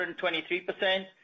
123%